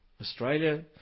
Australia